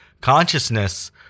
consciousness